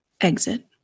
Exit